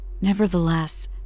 Nevertheless